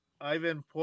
Ivan